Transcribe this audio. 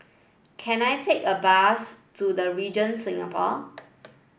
can I take a bus to The Regent Singapore